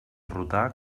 rotar